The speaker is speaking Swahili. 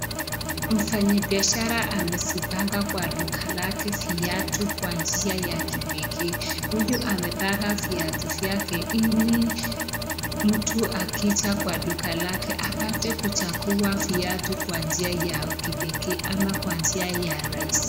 Mfanyibiashara amezipanga kwa duka lake viatu kwa njia ya kipekee ,huyu amepanga viatu vyake ili mtu akija kwa duka lake apate kuchagua viatu kwa njia ya kipekee ama kwa njia ya rahisi.